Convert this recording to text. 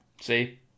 See